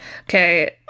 okay